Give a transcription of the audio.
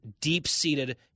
deep-seated